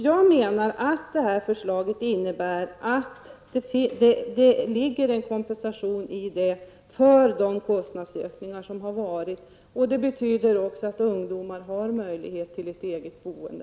Jag menar att förslaget innebär en kompensation för de kostnadsökningar som varit, och det betyder också att ungdomar har möjlighet till eget boende.